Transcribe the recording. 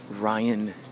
Ryan